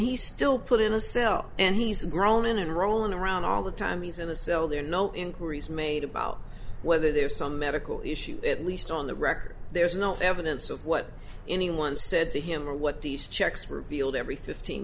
he still put in a cell and he's grown and rolling around all the time he's in a cell there no inquiries made about whether there's some medical issue at least on the record there's no evidence of what anyone said to him or what these checks revealed every fifteen